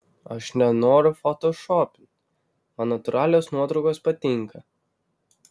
aš nenoriu fotošopint man natūralios nuotraukos patinka